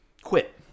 quit